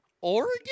Oregon